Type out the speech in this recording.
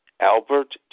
Albert